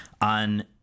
On